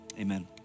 amen